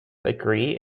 agree